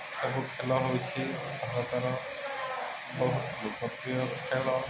ଏସବୁ ଖେଳ ହେଉଛିି ଭାରତର ବହୁତ ଲୋକପ୍ରିୟ ଖେଳ